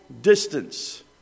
distance